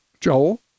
joel